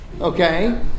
Okay